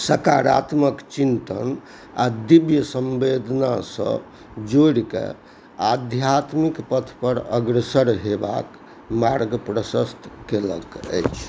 सकारात्मक चिन्तन आओर दिव्य संवेदनासँ जोड़िके आध्यात्मिक पथपर अग्रसर हेबाक मार्ग प्रशस्त केलक अछि